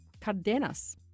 Cardenas